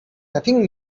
nothing